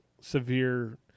severe